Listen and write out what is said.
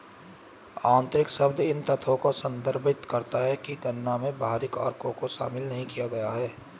आंतरिक शब्द इस तथ्य को संदर्भित करता है कि गणना में बाहरी कारकों को शामिल नहीं किया गया है